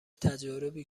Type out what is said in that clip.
تجاربی